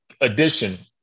addition